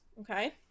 Okay